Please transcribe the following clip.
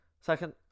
Second